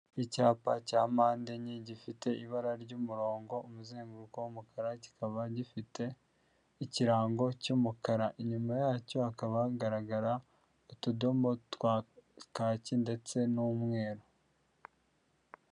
Icyapa cya mpande enye gifite ibara ry'umurongo umuzenguruko w'umukara, kikaba gifite ikirango cy'umukara, inyuma yacyo hakaba hagaragara utudomo dutatse ndetse n'umweru.